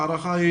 ההערכה היא